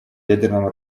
ядерном